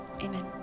Amen